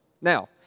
Now